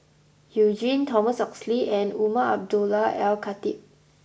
you Jin Thomas Oxley and Umar Abdullah Al Khatib